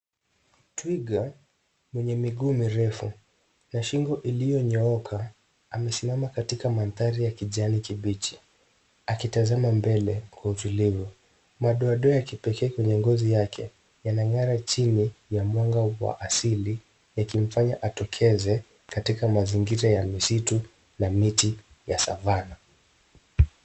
Twiga mwenye miguu mirefu na shingo iliyonyooka amesimama katika mandhari ya kijani kibichi, akitazama mbele kwa utulivu. Madoadoa ya kipekee kwenye ngozi yake yanang'ara chini ya mwanga wa asili yakim afanya atokeze katika mazingira ya misitu na miti ya savana.